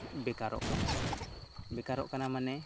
ᱵᱮᱠᱟᱨᱚᱜ ᱠᱟᱱᱟ ᱵᱮᱠᱟᱨᱚᱜ ᱠᱟᱱᱟ ᱢᱟᱱᱮ